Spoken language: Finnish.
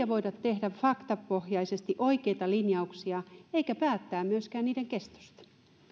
voida tehdä faktapohjaisesti oikeita linjauksia eikä päättää myöskään niiden kestosta